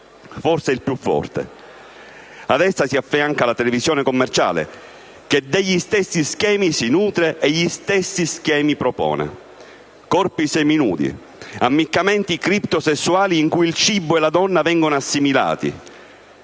forse il più forte. Ad essa si affianca la televisione commerciale, che degli stessi schemi si nutre e gli stessi schemi propone: corpi seminudi; ammiccamenti criptosessuali in cui il cibo e la donna vengono assimilati